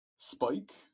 Spike